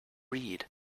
read